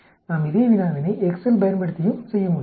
நாம் இதே வினாவினை எக்செல் பயன்படுத்தியும் செய்ய முடியும்